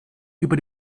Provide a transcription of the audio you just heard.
über